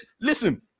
Listen